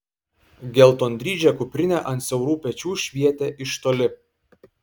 geltondryžė kuprinė ant siaurų pečių švietė iš toli